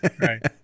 Right